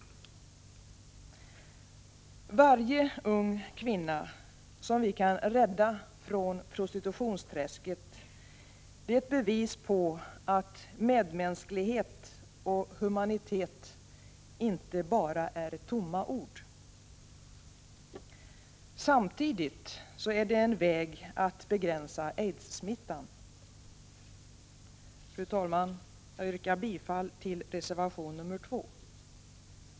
Varje ung kvinna som vi kan rädda från prostitutionsträsket är ett bevis på att medmänsklighet och humanitet inte bara är tomma ord. Samtidigt är en kundkriminalisering en väg att begränsa aidssmittan. Fru talman! Jag yrkar bifall till reservation nr 2.